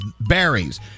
Berries